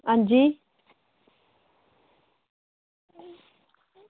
आं जी